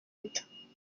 leta